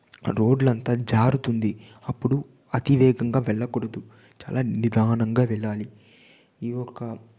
రోడ్లంతా జారుతుంది అప్పుడు అతివేగంగా వెళ్ళకూడదు చాలా నిదానంగా వెళ్లాలి ఈ యొక్క